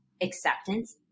acceptance